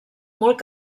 molt